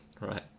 Right